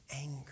anger